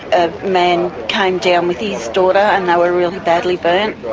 a man came down with yeah his daughter, and they were really badly burnt,